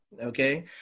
Okay